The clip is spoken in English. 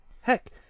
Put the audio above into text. Heck